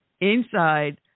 inside